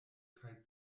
kaj